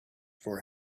for